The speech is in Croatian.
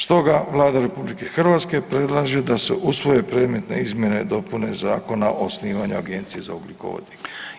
Stoga Vlada RH predlaže da se usvoje predmetne izmjene i dopune Zakona o osnivanju Agencije za ugljikovodike.